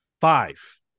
Five